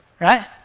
Right